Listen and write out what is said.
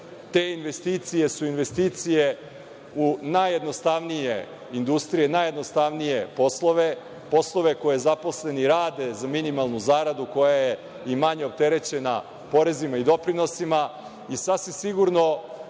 Te investicije su investicije u najjednostavnije industrije, najjednostavnije poslove, poslove koje zaposleni rade za minimalnu zaradu koja je i manje opterećena porezima i doprinosima i sasvim sigurno